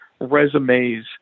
resumes